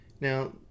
Now